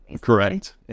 Correct